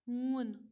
ہوٗن